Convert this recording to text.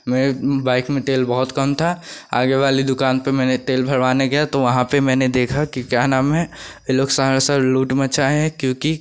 मेरे बाइक में तेल बहुत कम था आगे वाली दुकान पर मैंने तेल भरवाने गया तो वहाँ पर मैंने देखा कि क्या नाम है यह लोग सरासर लूट मचाए हैं क्योंकि